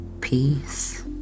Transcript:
peace